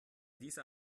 dieser